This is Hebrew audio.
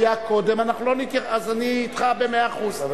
אז אני אתך במאה אחוז -- אבל,